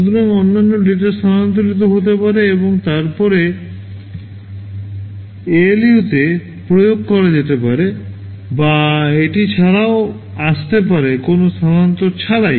সুতরাং অন্যান্য ডেটা স্থানান্তরিত হতে পারে এবং তারপরে ALUতে প্রয়োগ করা যেতে পারে বা এটি ছাড়াও আসতে পারে কোনও স্থানান্তর ছাড়াই